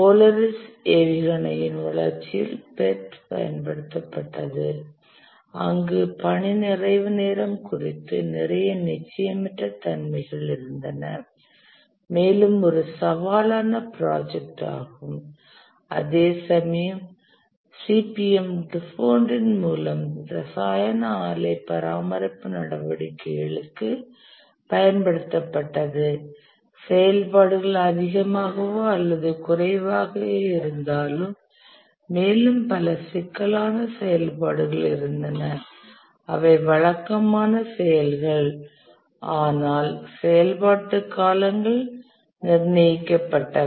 polarised ஏவுகணையின் வளர்ச்சியில் PERT பயன்படுத்தப்பட்டது அங்கு பணி நிறைவு நேரம் குறித்து நிறைய நிச்சயமற்ற தன்மைகள் இருந்தன மேலும் ஒரு சவாலான ப்ராஜெக்ட் ஆகும் அதேசமயம் CPM டுபோன்ட் இன் மூலம் இரசாயன ஆலை பராமரிப்பு நடவடிக்கைகளுக்கு பயன்படுத்தப்பட்டது செயல்பாடுகள் அதிகமாகவோ அல்லது குறைவாகவோ இருந்தாலும் மேலும் பல சிக்கலான செயல்பாடுகள் இருந்தன அவை வழக்கமான செயல்கள் ஆனால் செயல்பாட்டு காலங்கள் நிர்ணயிக்கப்பட்டவை